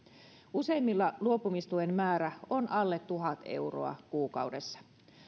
useimmilla luopumistuen määrä on alle tuhat euroa kuukaudessa